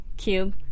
cube